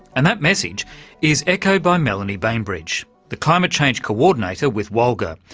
and that message is echoed by melanie bainbridge, the climate change co-ordinator with walga,